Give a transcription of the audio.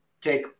take